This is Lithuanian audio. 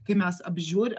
kai mes apžiūr